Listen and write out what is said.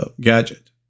gadget